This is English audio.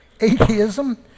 Atheism